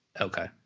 Okay